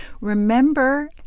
Remember